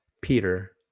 Peter